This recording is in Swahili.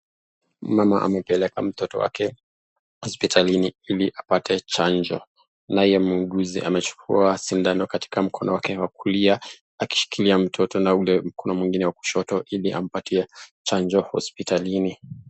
Mama amepeleka mtoto wake hospitalini ili apate chanjo. Naye muuguzi amechukua shindano katika mkono wake wa kulia, akishikilia mtoto na ule mkono mwingine wa kushoto ili ampatie chanjo hospitalini.